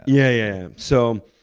yeah, so